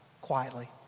quietly